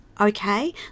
okay